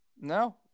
no